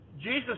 Jesus